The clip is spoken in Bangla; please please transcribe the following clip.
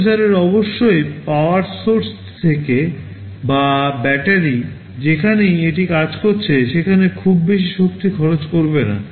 প্রসেসরের অবশ্যই পাওয়ার সোর্স থেকে বা ব্যাটারি যেখানেই এটি কাজ করছে সেখানে খুব বেশি শক্তি খরচ করবে না